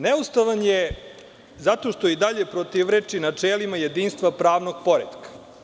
Neustavan je zato što i dalje protivreči načelima jedinstva pravnog poretka.